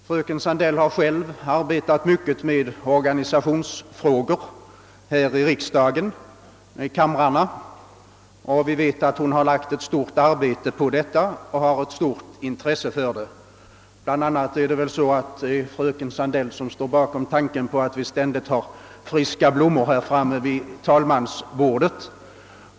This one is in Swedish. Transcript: Fröken Sandell har själv arbetat mycket med organisationsfrågor här i riksdagen, och vi vet att hon har nedlagt ett stort och intresserat arbete på dem. Det är också på fröken Sandells initiativ som vi alltid har friska blommor framme vid talmansbordet.